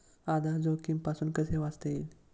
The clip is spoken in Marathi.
आधार जोखमीपासून कसे वाचता येईल?